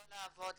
לא לעבוד,